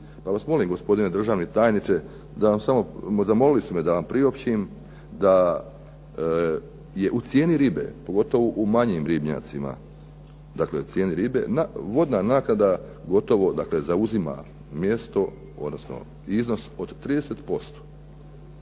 pa vas molim gospodine državni tajniče zamolili su me da vam priopćim da je u cijeni ribe, pogotovo u manjim ribnjacima, dakle cijena ribe, vodna naknada gotovo zauzima mjesto, odnosno iznos od 30%.